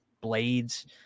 blades